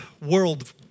world